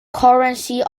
currency